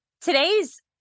Today's